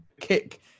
kick